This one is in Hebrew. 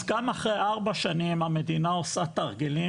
אז גם אחרי ארבע שנים המדינה עושה תרגילים